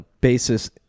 basis